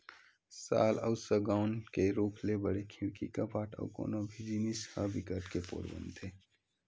साल अउ सउगौन के रूख ले बने खिड़की, कपाट अउ कोनो भी जिनिस ह बिकट के पोठ बनथे